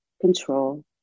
control